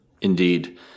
Indeed